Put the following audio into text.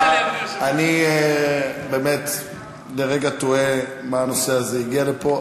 אני באמת לרגע תוהה למה הנושא הזה הגיע לפה,